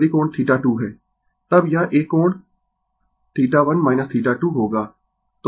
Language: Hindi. Refer Slide Time 0156 यदि कोण 2 है तब यह एक कोण 1 2 होगा